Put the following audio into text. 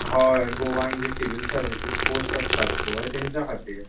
हय गोवान जी civil services post आसतात पळय तांच्या खातीर